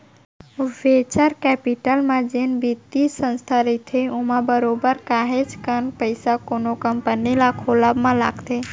venture capital म जेन बित्तीय संस्था रहिथे ओमा बरोबर काहेच कन पइसा कोनो कंपनी ल खोलब म लगथे